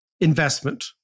investment